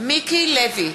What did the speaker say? מיקי לוי,